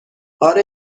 آره